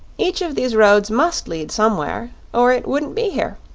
each of these roads must lead somewhere, or it wouldn't be here.